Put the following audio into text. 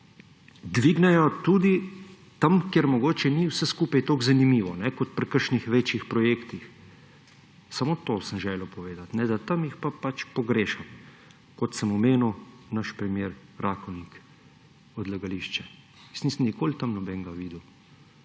dvignejo tudi tam, kjer mogoče ni vse skupaj toliko zanimivo, kot pri kakšnih večjih projektih. Samo to sem želel povedati, da tam jih pa pač pogrešam. Kot sem omenil naš primer Rakovnik – odlagališče, nikoli nisem tam nobenega videl,